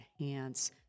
enhance